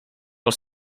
els